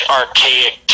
archaic